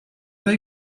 they